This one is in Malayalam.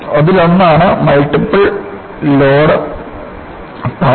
അതിലൊന്നാണ് മൾട്ടിപ്പിൾ ലോഡ് പാത്ത്